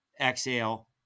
exhale